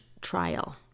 trial